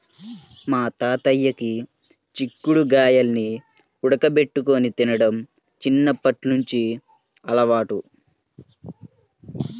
మా తాతయ్యకి చిక్కుడు గాయాల్ని ఉడకబెట్టుకొని తినడం చిన్నప్పట్నుంచి అలవాటు